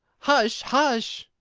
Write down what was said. hush! hush!